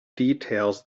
details